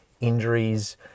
injuries